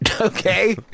okay